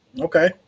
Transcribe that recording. Okay